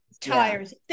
tires